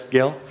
Gail